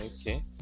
Okay